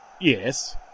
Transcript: Yes